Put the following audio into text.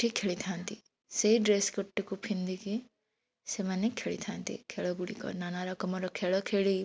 ସେଠି ଖେଳିଥାନ୍ତି ସେଇ ଡ୍ରେସ୍ ଗୋଟିକୁ ପିନ୍ଧିକି ସେମାନେ ଖେଳିଥାନ୍ତି ଖେଳଗୁଡ଼ିକ ନାନା ରକମର ଖେଳ ଖେଳି